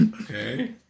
Okay